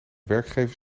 werkgever